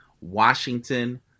Washington